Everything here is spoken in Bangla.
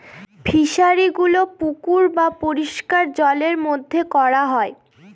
ফিশারিগুলো পুকুর বা পরিষ্কার জলের মধ্যে করা হয়